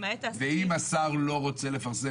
למעט העסקים --- ואם השר לא רוצה לפרסם